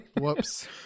Whoops